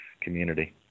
community